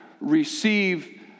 receive